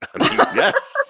yes